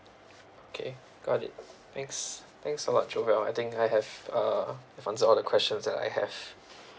okay got it thanks thanks a lot joel I think I have uh you've answered all the questions that I have